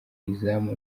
izamu